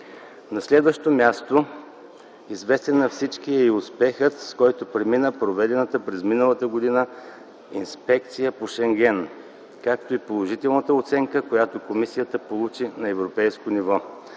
На следващо място, известен на всички е и успехът, през който премина проведената през миналата година Инспекция по Шенген, както и положителната оценка, която комисията получи на европейско ниво.